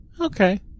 Okay